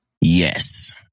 Yes